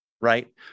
right